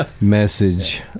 message